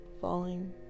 Falling